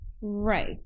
Right